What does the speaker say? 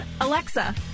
Alexa